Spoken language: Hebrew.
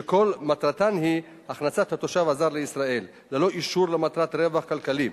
שכל מטרתן היא הכנסת התושב הזר לישראל ללא אישור למטרת רווח כלכלי.